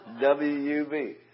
W-U-B